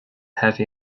heavy